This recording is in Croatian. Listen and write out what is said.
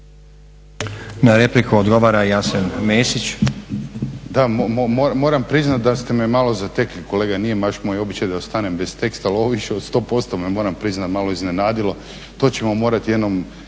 Na repliku odgovara Josip Borić.